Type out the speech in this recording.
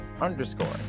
Underscore